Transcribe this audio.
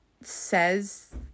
says